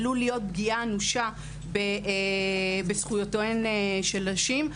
עלולה להוות פגיעה אנושה בזכויותיהן של נשים.